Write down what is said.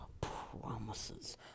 promises